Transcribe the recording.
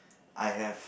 I have